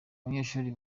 abanyeshuri